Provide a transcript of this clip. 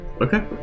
Okay